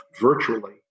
virtually